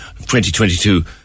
2022